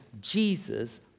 Jesus